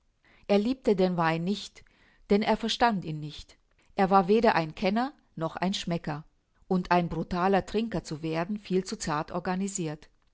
er liebte den wein nicht denn er verstand ihn nicht er war weder ein kenner noch ein schmecker und ein brutaler trinker zu werden viel zu zart organisirt